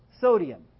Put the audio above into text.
Sodium